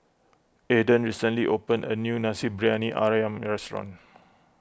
Aaden recently opened a new Nasi Briyani Ayam restaurant